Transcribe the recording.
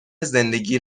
زندگی